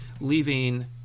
leaving